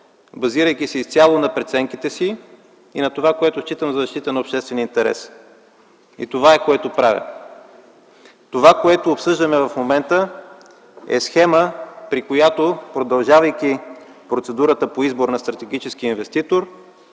базирайки се изцяло на преценките си и на това, което считам за защита на обществения интерес. Това е, което правя. Това, което обсъждаме в момента, е схема, при която, продължавайки процедурата по избор на стратегически инвеститор,